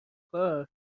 کار